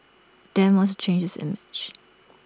Dem wants change this image